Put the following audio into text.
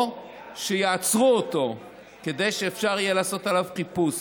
או שיעצרו אותו כדי שאפשר יהיה לעשות עליו חיפוש,